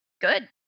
good